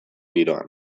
giroan